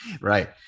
Right